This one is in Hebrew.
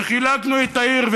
וחלקנו את העיר,